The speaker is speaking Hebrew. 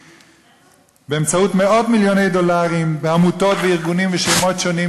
באמצעות מאות-מיליוני דולרים בעמותות וארגונים ושמות שונים,